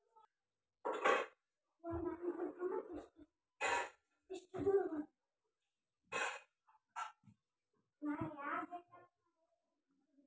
ನಮ್ಮ ಮನೆಯಲ್ಲಿ ನಾನು ಒಬ್ಬನೇ ದುಡಿಯೋದು ನನಗೆ ಸಾಲ ಸಿಗುತ್ತಾ?